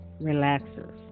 Relaxers